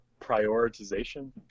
prioritization